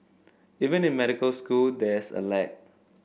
even in medical school there's a lag